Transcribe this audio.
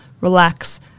relax